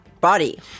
Body